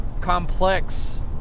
complex